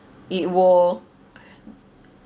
it will